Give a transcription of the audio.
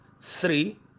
three